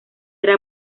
era